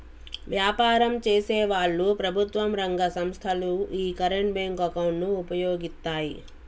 వ్యాపారం చేసేవాళ్ళు, ప్రభుత్వం రంగ సంస్ధలు యీ కరెంట్ బ్యేంకు అకౌంట్ ను వుపయోగిత్తాయి